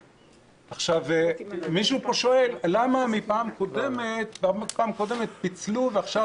עכשיו, מישהו פה שואל למה פעם קודמת פיצלו ועכשיו